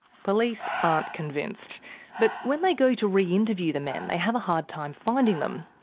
police aren't convinced but when they go to reinterview the men they have a hard time finding them.